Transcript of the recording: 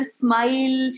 smile